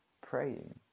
praying